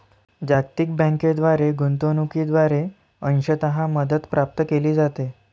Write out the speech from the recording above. जागतिक बँकेद्वारे गुंतवणूकीद्वारे अंशतः मदत प्राप्त केली जाते